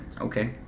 Okay